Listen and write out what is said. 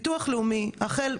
מאפשר לעובדים,